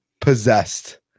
Possessed